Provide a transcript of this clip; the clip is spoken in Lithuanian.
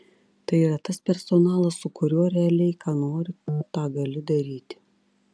tai yra tas personalas su kuriuo realiai ką nori tą gali daryti